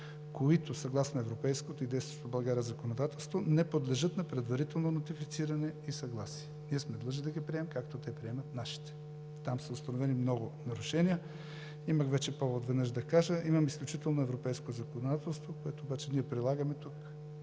които съгласно европейското и действащото в България законодателство не подлежат на предварително нотифициране и съгласие. Ние сме длъжни да ги приемем, както те приемат нашите. Там са установени много нарушения. Имах веднъж вече повод да кажа, че имаме изключително европейско законодателство, което обаче ние прилагаме тук